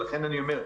ולכן אני אומר,